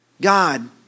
God